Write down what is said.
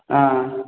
ஆ